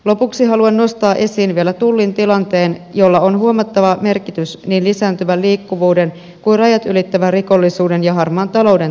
lopuksi haluan nostaa esiin vielä tullin tilanteen jolla on huomattava merkitys niin lisääntyvän liikkuvuuden vuoksi kuin myös rajat ylittävän rikollisuuden ja harmaan talouden torjunnassa